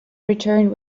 returned